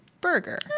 burger